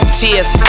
tears